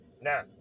Now